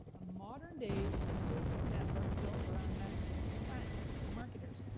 a modern-day social network built around messaging. so friends, marketers,